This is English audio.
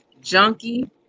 junkie